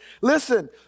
listen